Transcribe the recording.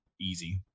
easy